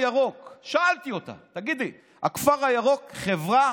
שאלתי אותה: תגידי, הכפר הירוק חברה